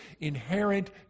inherent